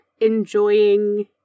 enjoying